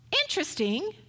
interesting